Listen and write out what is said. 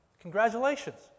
Congratulations